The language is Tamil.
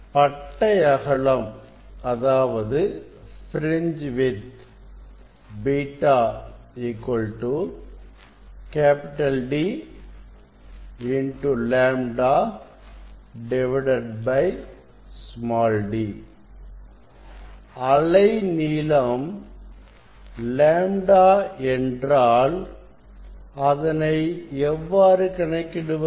பட்டை அகலம் β D λ d அலைநீளம் λ என்றால் அதனை எவ்வாறு கணக்கிடுவது